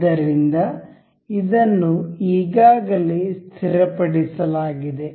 ಆದ್ದರಿಂದ ಇದನ್ನು ಈಗಾಗಲೇ ಸ್ಥಿರಪಡಿಸಲಾಗಿದೆ